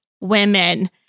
women